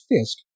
Fisk